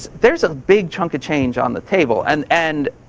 there's a big chunk of change on the table. and and